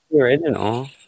original